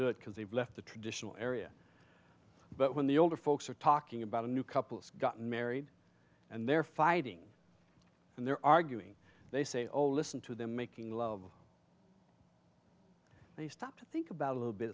do it because they've left the traditional area but when the older folks are talking about a new couple got married and they're fighting and they're arguing they say oh listen to them making love and you stop to think about a little bit